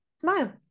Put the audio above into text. Smile